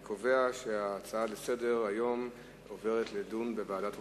אני קובע שההצעה לסדר-היום עוברת לדיון בוועדת החוקה,